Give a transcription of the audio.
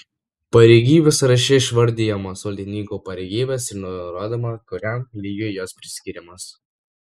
pareigybių sąraše išvardijamos valdininkų pareigybės ir nurodoma kuriam lygiui jos priskiriamos